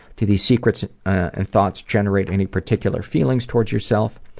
do these secrets and thoughts generate any particular feelings toward yourself?